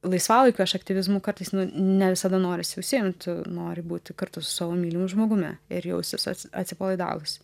laisvalaikiu aš aktyvizmu kartais ne visada norisi užsiimt nori būti kartu su savo mylimu žmogumi ir jaustis atsipalaidavus